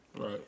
Right